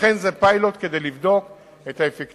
לכן זה פיילוט, כדי לבדוק את האפקטיביות.